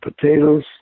potatoes